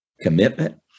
commitment